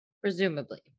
Presumably